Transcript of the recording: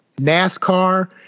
NASCAR